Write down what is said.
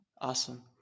Awesome